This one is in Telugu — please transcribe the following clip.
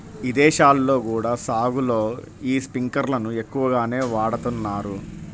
ఇదేశాల్లో కూడా సాగులో యీ స్పింకర్లను ఎక్కువగానే వాడతన్నారు